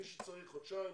מי שצריך חודשיים,